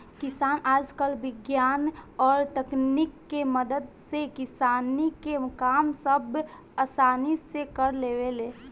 किसान आजकल विज्ञान और तकनीक के मदद से किसानी के काम सब असानी से कर लेवेले